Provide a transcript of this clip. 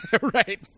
Right